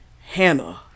hannah